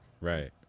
right